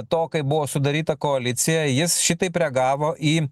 to kai buvo sudaryta koalicija jis šitaip reagavo į